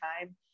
time